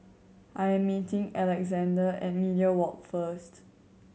I'm meeting Alexzander at Media Walk first